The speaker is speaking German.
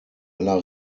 aller